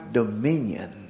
dominion